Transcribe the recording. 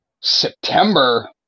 September